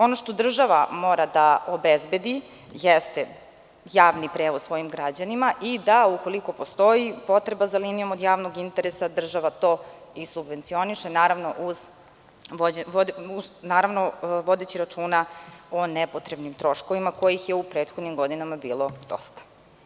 Ono što država mora da obezbedi jeste javni prevoz svojim građanima i da ukoliko postoji potreba za linijom od javnog interesa država to i subvencioniše, naravno vodeći računa o nepotrebnim troškovima kojih u prethodnim godinama bilo dosta.